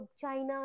China